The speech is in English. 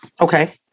Okay